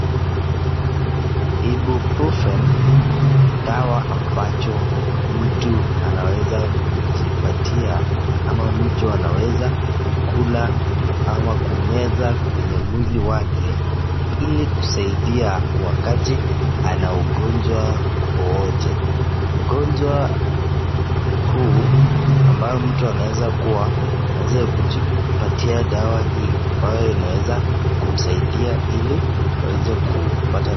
[Ibuprofen] dawa ambacho mtu anaweza kujipatia ama mtu anaweza kula ama kumeza kwenye mwili wake ilikusaidia wakati anaugonjwa wowote. Ujonjwa huu ambayo mtu anaweza kuwa anaweza kujipatia dawa hii ambayo inaweza kumsadia ili aweze kupata.